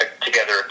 together